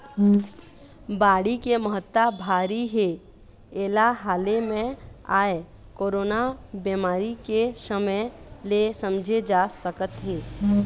बाड़ी के महत्ता भारी हे एला हाले म आए कोरोना बेमारी के समे ले समझे जा सकत हे